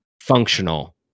functional